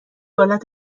حالت